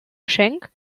geschenk